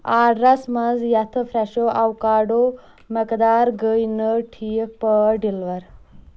orders منٛز یتھٕ Fresho Ocado مٮ۪قدار گٔے نہٕ ٹھیٖک پٲٹھۍ ڈلور